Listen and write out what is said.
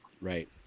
right